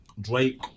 Drake